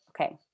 okay